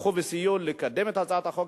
שתמכו וסייעו לקדם את הצעת החוק,